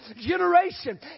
generation